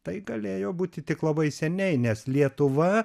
tai galėjo būti tik labai seniai nes lietuva